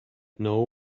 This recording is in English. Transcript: know